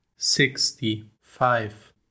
sixty-five